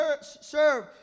serve